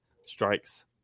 strikes